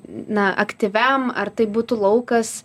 na aktyviam ar tai būtų laukas